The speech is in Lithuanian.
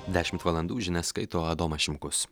dešimt valandų žinias skaito adomas šimkus